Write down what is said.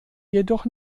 jedoch